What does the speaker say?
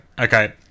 Okay